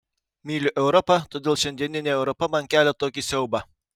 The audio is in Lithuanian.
myliu europą todėl šiandieninė europa man kelia tokį siaubą